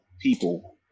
people